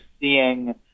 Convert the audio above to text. seeing